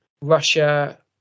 Russia